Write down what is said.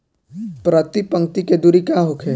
प्रति पंक्ति के दूरी का होखे?